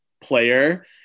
player